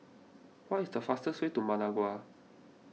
what is the fastest way to Managua